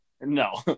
No